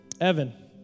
Evan